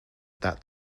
that